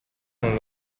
non